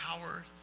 power